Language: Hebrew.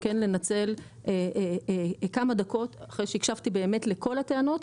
ולנצל כמה דקות אחרי שהקשבתי לכל הטענות,